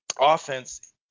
offense